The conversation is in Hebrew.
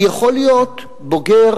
כי יכול להיות בוגר,